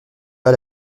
pas